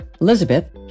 Elizabeth